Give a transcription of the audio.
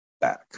back